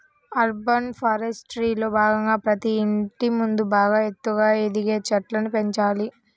urban ఫారెస్ట్రీలో భాగంగా ప్రతి ఇంటి ముందు బాగా ఎత్తుగా ఎదిగే చెట్లను పెంచాలి